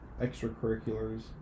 extracurriculars